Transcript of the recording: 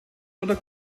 oder